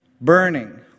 burning